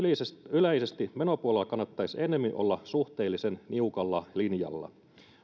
yleisesti menopuolella kannattaisi ennemmin olla suhteellisen niukalla linjalla